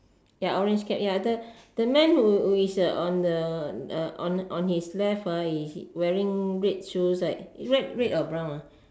ya orange cap ya the the man who is on the on on his left wearing red shoes right wearing red or brown